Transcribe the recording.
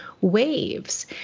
waves